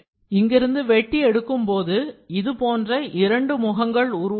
இங்கிருந்து வெட்டி எடுக்கும் போது இதுபோன்ற இரண்டு முகங்களை உருவாக்கும்